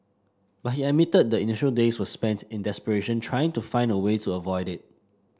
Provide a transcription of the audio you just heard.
but he admitted the initial days were spent in desperation trying to find a way to avoid it